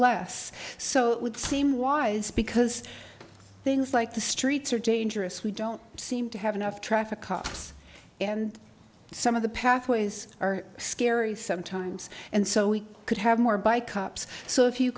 less so would seem wise because things like the streets are dangerous we don't seem to have enough traffic cops and some of the pathways are scary sometimes and so we could have more by cops so if you